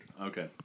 Okay